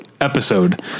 episode